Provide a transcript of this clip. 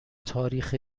تاریخ